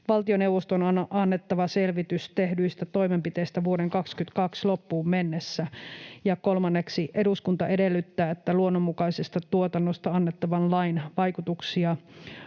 Valtioneuvoston on annettava selvitys tehdyistä toimenpiteistä vuoden 2022 loppuun mennessä.” Ja kolmanneksi: ”Eduskunta edellyttää, että luonnonmukaisesta tuotannosta annettavan lain vaikutuksia